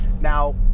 now